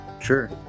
Sure